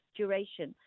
duration